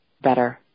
better